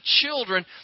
children